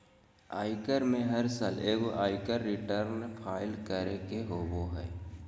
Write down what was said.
आयकर में हर साल एगो आयकर रिटर्न फाइल करे के होबो हइ